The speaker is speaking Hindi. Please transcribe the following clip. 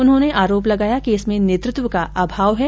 उन्होंने आरोप लगाया कि इसमें नेतृत्व का अभाव है